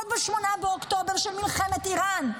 עוד ב-8 באוקטובר: מלחמת איראן.